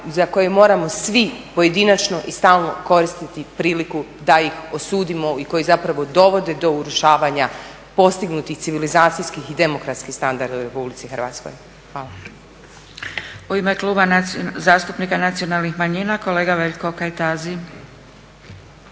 za koje moramo svi pojedinačno i stalno koristiti priliku da ih osudimo i koji dovode do urušavanja postignutih civilizacijskih i demokratskih standarda u RH. Hvala. **Zgrebec, Dragica (SDP)** U ime Kluba zastupnika nacionalnih manjina kolega Veljko Kajtazi.